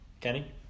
Kenny